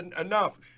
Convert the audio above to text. enough